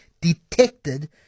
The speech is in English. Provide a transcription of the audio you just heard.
detected